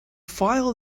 file